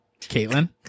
Caitlin